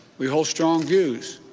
we hold strong views.